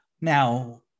Now